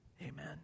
Amen